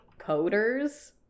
coders